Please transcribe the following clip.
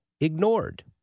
ignored